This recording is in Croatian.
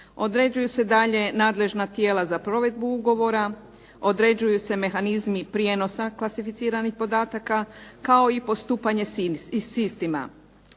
određuju se dalje nadležna tijela za provedbu ugovora, određuju se mehanizmi prijenosa klasificiranih podataka, kao i postupanje s istima.